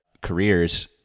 careers